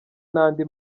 n’andi